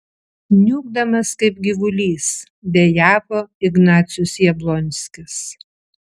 niūkdamas kaip gyvulys dejavo ignacius jablonskis